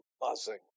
buzzing